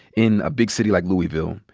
in a big city like louisville,